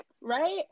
right